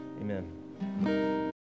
amen